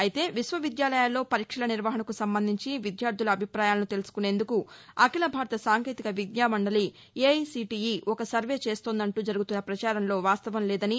అయితే విశ్వవిద్యాలయాల్లో పరీక్షల నిర్వహణకు సంబంధించి విద్యార్లుల అభిప్రాయాలను తెలసుకునేందుకు అఖిల భారత సాంకేతిక విద్యా మండలి ఎఐసిటీఇ ఒక సర్వే చేస్తుందంటూ జరుగుతున్న పచారంలో వాస్తవం లేదని